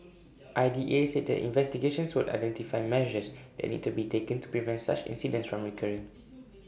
I D A said the investigations would identify measures that need to be taken to prevent such incidents from recurring